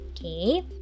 okay